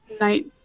night